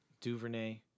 Duvernay